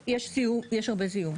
אני מתעסקת בתכנון מזה 30 שנה,